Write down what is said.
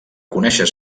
conèixer